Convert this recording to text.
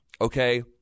okay